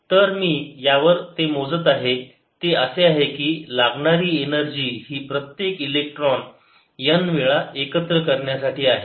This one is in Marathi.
तर मी यावर मोजत आहे ते असे आहे की लागणारी एनर्जी ही प्रत्येक इलेक्ट्रॉन n वेळा एकत्र करण्यासाठी आहे